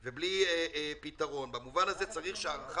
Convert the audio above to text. אין ערך